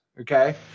Okay